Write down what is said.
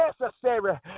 necessary